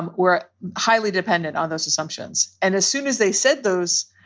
and were highly dependent on those assumptions. and as soon as they said those,